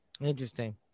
Interesting